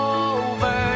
over